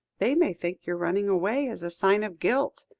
they may think your running away is a sign of guilt.